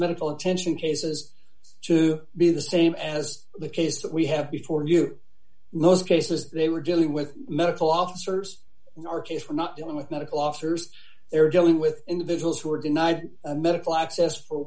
medical attention cases to be the same as the case that we have before you know those cases they were dealing with medical officers in our case we're not dealing with medical officers they're dealing with individuals who are denied medical access for